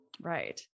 right